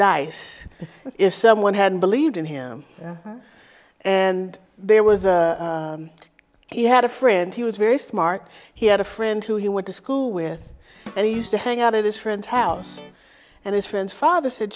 dice if someone hadn't believed in him and there was he had a friend he was very smart he had a friend who he went to school with and he used to hang out at his friend's house and his friends father said